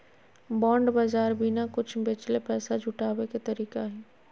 bond बाज़ार बिना कुछ बेचले पैसा जुटाबे के तरीका हइ